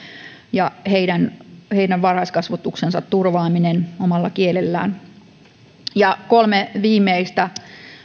ja heidän heidän varhaiskasvatuksensa turvaamisen omalla kielellään kolme viimeistä